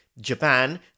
Japan